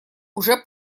уже